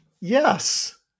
Yes